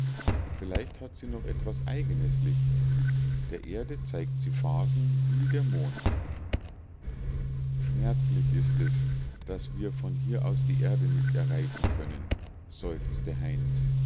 vielleicht hat sie noch etwas eigenes licht der erde zeigt sie phasen wie der mond schmerzlich ist es daß wir von hier aus die erde nicht erreichen können seufzte heinz